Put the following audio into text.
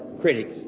critics